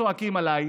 צועקים עליי,